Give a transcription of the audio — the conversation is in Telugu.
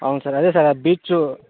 అవును సార్ అదే సార్ ఆ బీచ్చు